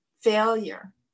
failure